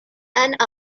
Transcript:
and